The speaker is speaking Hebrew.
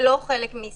זה לא חלק מסל הבריאות.